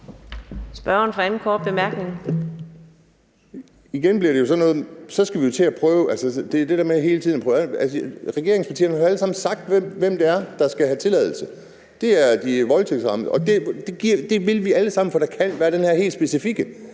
Regeringspartierne har jo alle sammen sagt, hvem der skal have tilladelse, og det er de voldtægtsramte. Og det vil vi alle sammen godt give dem, for der kan være den her helt specifikke